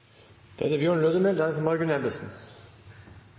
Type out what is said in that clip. Da er det